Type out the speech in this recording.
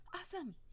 Awesome